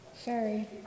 Sorry